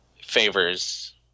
favors